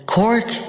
Cork